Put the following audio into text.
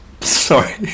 Sorry